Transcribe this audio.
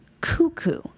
cuckoo